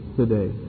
today